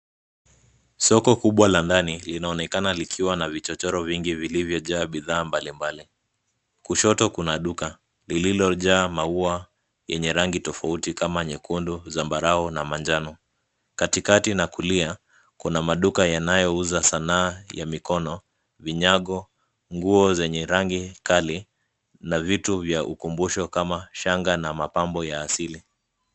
Soko kubwa la ndani linaonekana likiwa na vichochoro vingi vilivyo jaa bidhaa mbali mbali. Kushoto kuna duka lililo jaa maua yenye rangi tofauti kama nyekundu zambarau na manjano. Katikati na kulia kuna maduka yanayo uza sanaa ya mikono, vinyago , nguo zenye rangi kali na vitu vya ukumbusho kama shanga na mapambo ya asili.